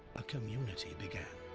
a community began.